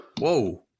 Whoa